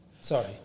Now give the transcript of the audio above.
Sorry